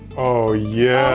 oh, yeah.